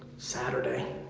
saturday.